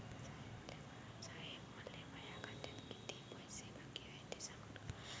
साहेब, मले माया खात्यात कितीक पैसे बाकी हाय, ते सांगान का?